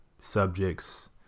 subjects